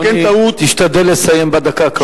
תשתדל לסיים בדקה הקרובה.